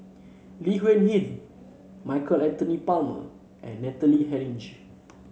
Lee Huei Min Michael Anthony Palmer and Natalie Hennedige